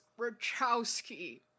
Rachowski